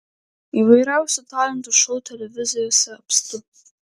įvairiausių talentų šou televizijose apstu